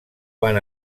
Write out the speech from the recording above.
van